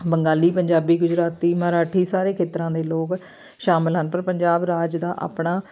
ਬੰਗਾਲੀ ਪੰਜਾਬੀ ਗੁਜਰਾਤੀ ਮਰਾਠੀ ਸਾਰੇ ਖੇਤਰਾਂ ਦੇ ਲੋਕ ਸ਼ਾਮਿਲ ਹਨ ਪਰ ਪੰਜਾਬ ਰਾਜ ਦਾ ਆਪਣਾ